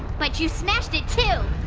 but you smashed it too!